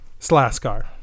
Slaskar